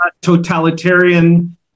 totalitarian